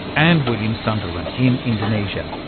and william sunderlin in indonesia.